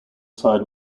side